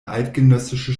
eidgenössische